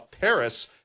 Paris